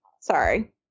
Sorry